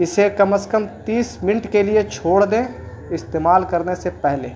اسے کم از کم تیس منٹ کے لیے چھوڑ دیں استعمال کرنے سے پہلے